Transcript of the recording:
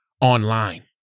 online